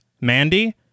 Mandy